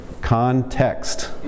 context